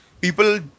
People